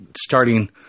starting